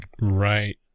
Right